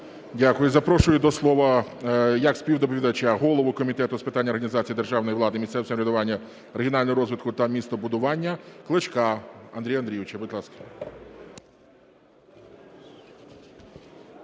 Дякую. Запрошую до слова як співдоповідача голову Комітету з питань організації державної влади, місцевого самоврядування, регіонального розвитку та містобудування Клочка Андрія Андрійовича. Будь ласка.